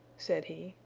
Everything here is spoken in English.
said he,